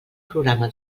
programa